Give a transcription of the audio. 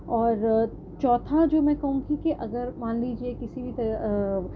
اور چوتھا جو میں کہوں کہ اگر مان لیجیے کسی بھی طرح